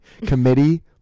Committee